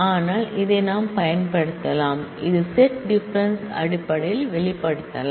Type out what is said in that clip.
ஆனால் பயன்படுத்தப்படலாம் ஏனெனில் இது செட் டிஃபரென்ஸ் அடிப்படையில் வெளிப்படுத்தப்படலாம்